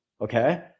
okay